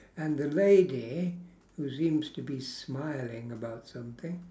and the lady who seems to be smiling about something